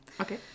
Okay